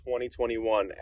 2021